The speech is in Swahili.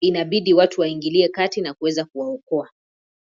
inabidi watu waingilie kati na kuweza kuwaokoa.